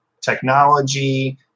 technology